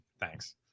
Thanks